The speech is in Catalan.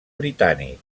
britànic